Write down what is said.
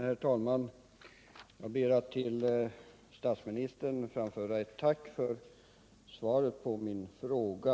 Herr talman! Jag ber att till statsministern få framföra ett tack för svaret på min fråga.